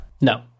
No